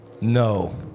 No